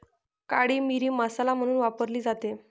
काळी मिरी मसाला म्हणून वापरली जाते